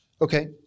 Okay